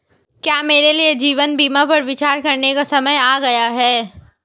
क्या मेरे लिए जीवन बीमा पर विचार करने का समय आ गया है?